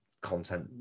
content